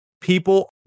people